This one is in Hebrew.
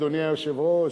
אדוני היושב-ראש.